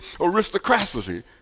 aristocracy